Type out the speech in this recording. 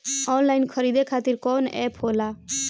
Online खरीदे खातीर कौन एप होला?